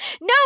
No